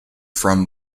from